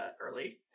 early